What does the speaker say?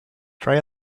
try